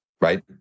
right